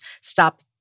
stop